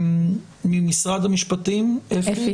ממשרד המשפטים עו"ד אפי